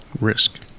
Risk